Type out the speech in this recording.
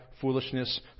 foolishness